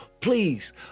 please